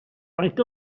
faint